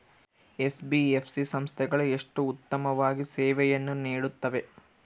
NBFC ಸಂಸ್ಥೆಗಳು ಎಷ್ಟು ಉತ್ತಮವಾಗಿ ಸೇವೆಯನ್ನು ನೇಡುತ್ತವೆ?